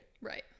Right